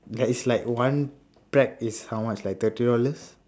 that is like one prep is how much like thirty dollars